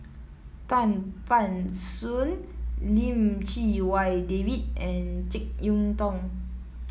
Tan Ban Soon Lim Chee Wai David and JeK Yeun Thong